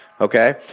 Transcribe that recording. okay